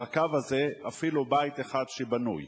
לקו הזה אפילו בית אחד בנוי.